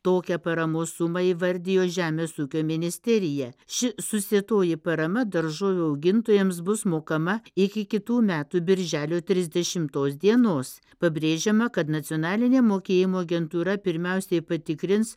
tokią paramos sumą įvardijo žemės ūkio ministerija ši susietoji parama daržovių augintojams bus mokama iki kitų metų birželio trisdešimtos dienos pabrėžiama kad nacionalinė mokėjimo agentūra pirmiausiai patikrins